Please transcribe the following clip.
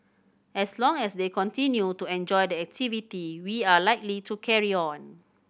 as long as they continue to enjoy the activity we are likely to carry on